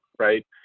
Right